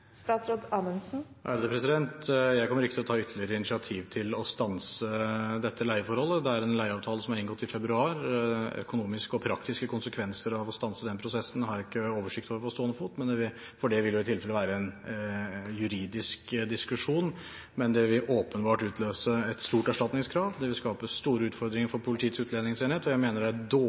Jeg kommer ikke til å ta ytterligere initiativ til å stanse dette leieforholdet. Dette er en leieavtale som ble inngått i februar. Økonomiske og praktiske konsekvenser av å stanse den prosessen har jeg ikke oversikt over på stående fot, for det vil i tilfelle være en juridisk diskusjon, men det vil åpenbart utløse et stort erstatningskrav. Det vil skape store utfordringer for Politiets utlendingsenhet, og jeg mener det er